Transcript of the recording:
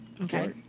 Okay